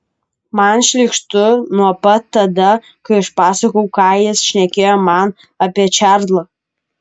man šlykštu nuo pat tada kai išpasakojau ką jis šnekėjo man apie čarlzą